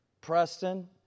Preston